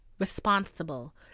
responsible